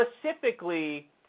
Specifically